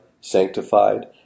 sanctified